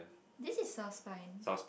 this is sounds time